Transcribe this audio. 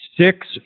Six